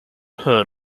heard